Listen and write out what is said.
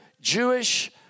Jewish